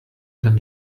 than